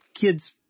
kids